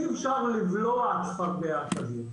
אי אפשר לבלוע צפרדע כזאת.